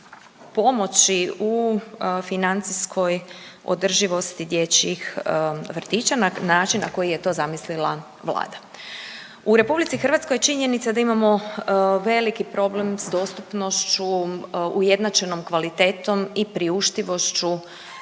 pomoći u financijskoj održivosti dječjih vrtića na način na koji je to zamislila Vlada. U RH činjenica da imamo veliki problem s dostupnošću, ujednačenom kvalitetom i priuštivošću